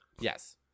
Yes